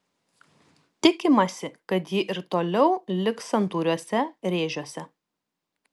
tikimasi kad ji ir toliau liks santūriuose rėžiuose